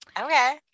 Okay